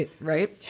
right